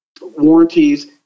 warranties